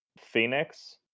phoenix